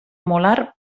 molar